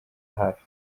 hafi